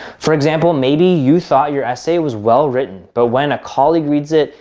for example, maybe you thought your essay was well written. but when a colleague reads it,